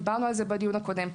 דיברנו על זה בדיון הקודם,